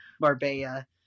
Marbella